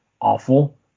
awful